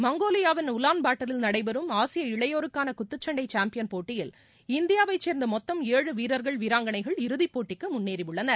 மங்கோலியாவின் உலான்பட்டரில் நடைபெறும் ஆசிய இளையோருக்கான குத்துச் சண்டை சாம்பியன் போட்டியில் இந்தியாவை சேர்ந்த மொத்தம் ஏழு வீரர்கள் வீராங்கனைகள் இறுதிப் போட்டிக்கு முன்னேறியுள்ளனர்